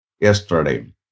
yesterday